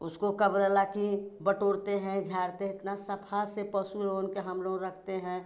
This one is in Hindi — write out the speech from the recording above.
उसकाे का बोला ला कि बटोरते हैं झाड़ते हैं इतना सफा से पशु लोगन के हम लोग रखते हैं